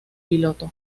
piloto